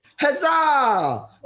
Huzzah